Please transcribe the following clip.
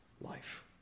life